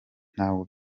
ntabwo